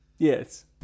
Yes